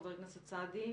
חבר הכנסת סעדי,